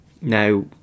now